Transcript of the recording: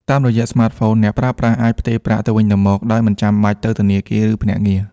តាមរយៈស្មាតហ្វូន អ្នកប្រើប្រាស់អាច ផ្ទេរប្រាក់ ទៅវិញទៅមកដោយមិនចាំបាច់ទៅធនាគារ ឬភ្នាក់ងារ។